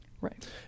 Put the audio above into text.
Right